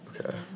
Okay